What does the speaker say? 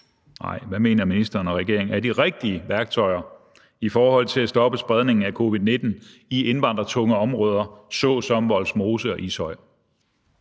her: Hvad mener ministeren og regeringen er de rigtige værktøjer i forhold til at stoppe spredningen af covid-19 i indvandrertunge områder såsom Vollsmose og Ishøj?